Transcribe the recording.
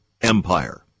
Empire